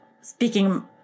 speaking